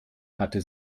hatte